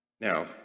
Now